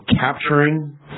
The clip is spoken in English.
capturing